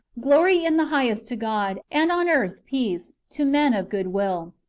glor in the highest to god, and on earth peace, to men of good will.